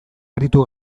aritu